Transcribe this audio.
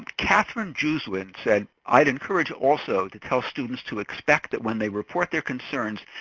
katherine juzwit said, i'd encourage also to tell students to expect that when they report their concerns,